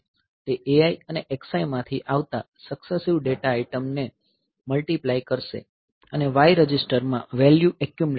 તે ai અને xi માંથી આવતા સક્સેસિવ ડેટા આઇટમ નો મલ્ટીપ્લાય કરશે અને y રજિસ્ટરમાં વેલ્યુ એક્યુમલેટ થશે